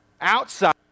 Outside